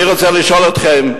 אני רוצה לשאול אתכם: